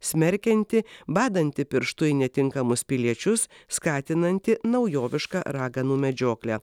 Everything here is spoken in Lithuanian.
smerkianti badanti pirštu į netinkamus piliečius skatinanti naujovišką raganų medžioklę